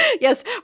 yes